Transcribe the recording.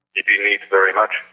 didn't eat very much,